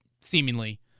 seemingly